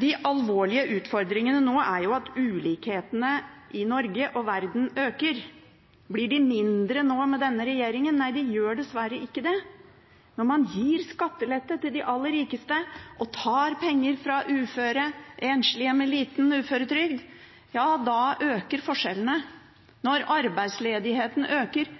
De alvorlige utfordringene nå er at ulikhetene i Norge og verden øker. Blir de mindre med denne regjeringen? Nei, de gjør dessverre ikke det. Når man gir skattelette til de aller rikeste og